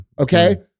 okay